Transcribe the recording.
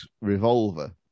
revolver